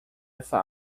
essa